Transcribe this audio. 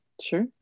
sure